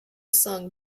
sung